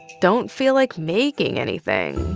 don't feel like making anything?